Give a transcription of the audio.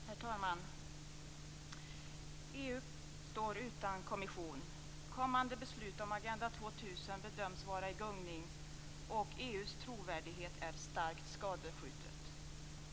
Herr talman! EU står utan kommission. Kommande beslut om Agenda 2000 bedöms vara i gungning och EU:s trovärdighet är starkt skadeskjuten.